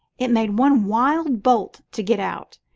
it made one wild bolt to get out,